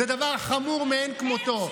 זה דבר חמור מאין כמותו.